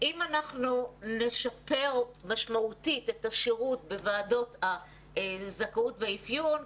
אם אנחנו נשפר משמעותית את השירות בוועדות זכאות ואפיון,